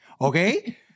okay